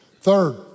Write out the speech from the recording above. Third